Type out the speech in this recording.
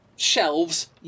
Shelves